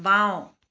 বাওঁ